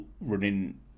running